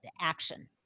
action